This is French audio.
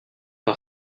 par